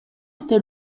était